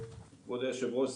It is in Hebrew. וכבוד יושב הראש,